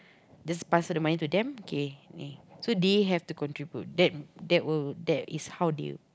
just pass the money to them kay so they will have to contribute that is how they